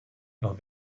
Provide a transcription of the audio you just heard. los